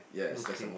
okay